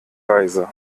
reise